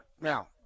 Now